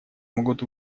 могут